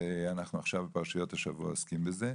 אנחנו עכשיו בפרשיות השבוע עוסקים בזה,